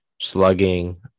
slugging